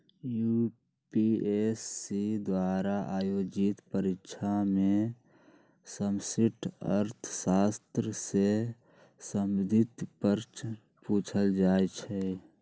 UPSC द्वारा आयोजित परीक्षा में समष्टि अर्थशास्त्र से संबंधित प्रश्न पूछल जाइ छै